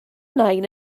nain